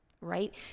Right